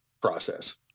process